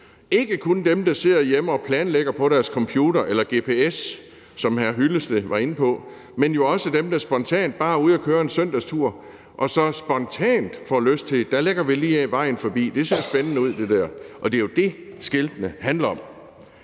ikke kun dem, der sidder hjemme og planlægger det på deres computer eller gps, som hr. Henning Hyllested var inde på, men jo også dem, der spontant bare er ude at køre en søndagstur og spontant får lyst til at lægge vejen forbi det, fordi det ser spændende ud. Det er jo det, skiltene handler om.